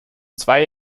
zwei